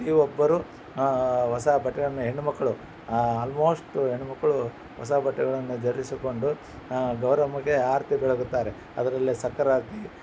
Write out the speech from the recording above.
ಪ್ರತಿಒಬ್ಬರು ಹೊಸ ಬಟ್ಟೆಗಳನ್ನು ಹೆಣ್ಮಕ್ಕಳು ಆಲ್ಮೋಸ್ಟ್ ಹೆಣ್ಮಕ್ಕಳು ಹೊಸ ಬಟ್ಟೆಗಳನ್ನು ಧರಿಸಿಕೊಂಡು ಗೌರಮ್ಮಗೆ ಆರತಿ ಬೆಳಗುತ್ತಾರೆ ಅದರಲ್ಲಿ ಸಕ್ಕರಾರ್ತಿ